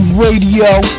Radio